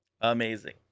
Amazing